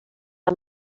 amb